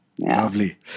Lovely